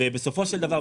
ובסופו של דבר,